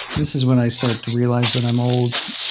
this is when i start to realize that i'm old.